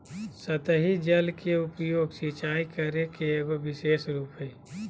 सतही जल के उपयोग, सिंचाई करे के एगो विशेष रूप हइ